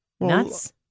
Nuts